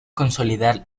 consolidar